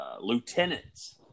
lieutenants